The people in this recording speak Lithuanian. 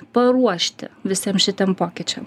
paruošti visiem šitiem pokyčiam